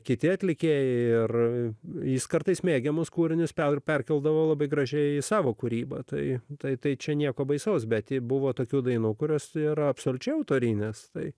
kiti atlikėjai ir jis kartais mėgiamus kūrinius perkeldavo labai gražiai į savo kūrybą tai taip tai čia nieko baisaus bet buvo tokių dainų kurios yra absoliučiai autorinės tai